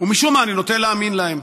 ומשום מה אני נוטה להאמין להם.